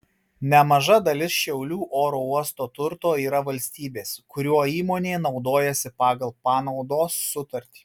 nemaža dalis šiaulių oro uosto turto yra valstybės kuriuo įmonė naudojasi pagal panaudos sutartį